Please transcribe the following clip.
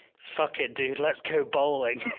fuck it, dude. let's go bowling.